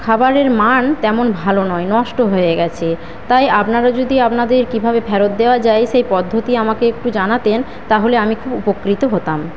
খাবারের মান তেমন ভালো নয় নষ্ট হয়ে গেছে তাই আপনারা যদি আপনাদের কীভাবে ফেরত দেওয়া যায় সেই পদ্ধতি আমাকে একটু জানাতেন তাহলে আমি খুব উপকৃত হতাম